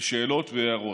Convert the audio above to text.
לשאלות והערות,